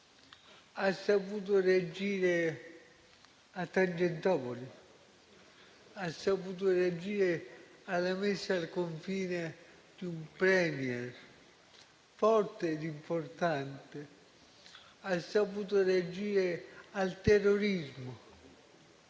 Ha saputo reagire a Tangentopoli. Ha saputo reagire alla messa al confine di un *Premier* forte ed importante. Ha saputo reagire al terrorismo;